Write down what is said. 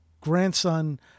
grandson